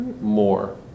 more